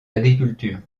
agriculture